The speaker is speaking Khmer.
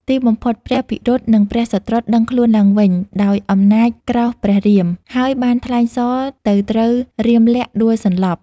ទីបំផុតព្រះភិរុតនិងព្រះសុត្រុតដឹងខ្លួនឡើងវិញ ដោយអំណាចក្រោសព្រះរាម ហើយបានថ្លែងសរទៅត្រូវរាមលក្សណ៍ដួលសន្លប់។